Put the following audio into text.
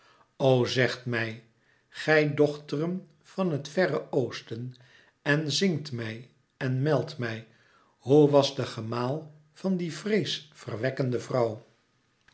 o zegt mij gij dochteren van het verre oosten en zingt mij en meldt mij hoè was de gemaal van die vrees verwekkende vrouw